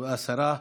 248 ו-261,